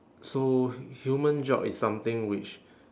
so human geog is something which